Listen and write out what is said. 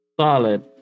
Solid